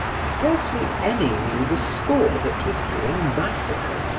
scarcely any knew the score that was being massacred,